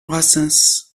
brassens